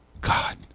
God